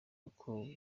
uko